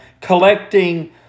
collecting